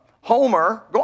Homer